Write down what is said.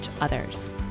others